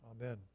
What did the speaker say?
Amen